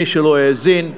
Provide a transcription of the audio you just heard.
מי שלא האזין.